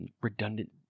redundant